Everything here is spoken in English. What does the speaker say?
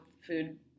food